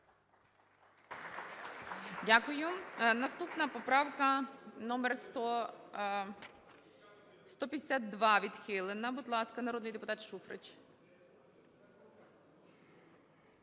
Дякую. Наступна поправка - номер 152. Відхилена. Будь ласка, народний депутат Шуфрич.